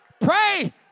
Pray